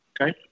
Okay